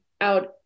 out